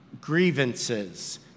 grievances